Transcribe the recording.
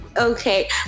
okay